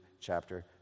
chapter